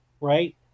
right